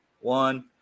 one